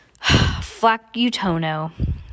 Flacutono